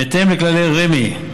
בהתאם לכללי רמ"י,